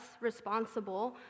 responsible